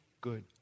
good